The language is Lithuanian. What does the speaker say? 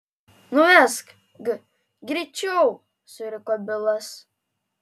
nuvesk g greičiau suriko bilas